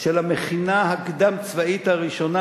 של המכינה הקדם-צבאית הראשונה,